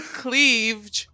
cleaved